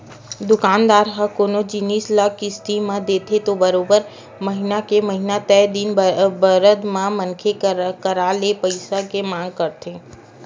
दुकानदार ह कोनो जिनिस ल किस्ती म देथे त बरोबर महिना के महिना तय दिन बादर म मनखे करा ले पइसा के मांग करथे